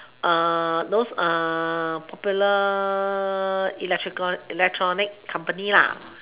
uh those uh popular electrical electronic company lah